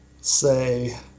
say